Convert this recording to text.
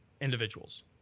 individuals